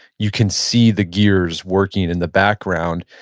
you can see the gears working in the background.